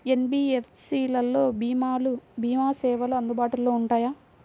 NBFC లలో భీమా సేవలు అందుబాటులో ఉంటాయా?